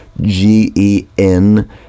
G-E-N